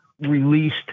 released